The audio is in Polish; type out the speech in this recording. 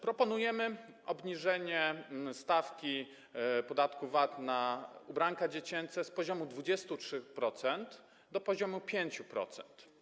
Proponujemy obniżenie stawki podatku VAT na ubranka dziecięce z poziomu 23% do poziomu 5%.